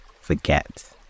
forget